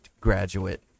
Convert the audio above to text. graduate